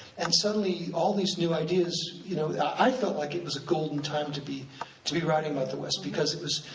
and suddenly, all these new ideas you know i felt like it was a golden time to be to be writing the west, because it was,